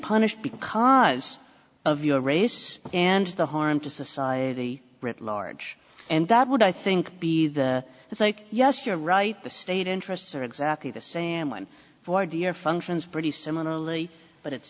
punished because of your race and the harm to society writ large and that would i think be the it's like yes you're right the state interests are exactly the same line for deer functions pretty similarly but it's